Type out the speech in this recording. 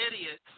idiots